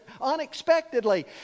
unexpectedly